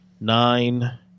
Nine